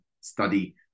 study